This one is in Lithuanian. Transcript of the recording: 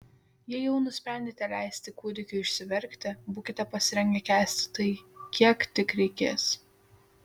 jei jau nusprendėte leisti kūdikiui išsiverkti būkite pasirengę kęsti tai kiek tik reikės